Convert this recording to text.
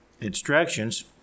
instructions